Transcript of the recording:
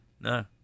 No